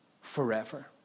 forever